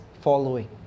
following